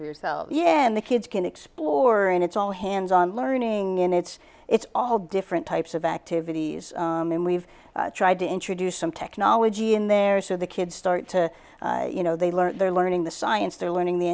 for yourselves yeah and the kids can explore and it's all hands on learning in it's it's all different types of activities and we've tried to introduce some technology in there so the kids start to you know they learn they're learning the science they're learning the